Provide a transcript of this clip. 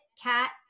cat